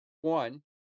one